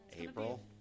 April